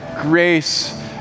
grace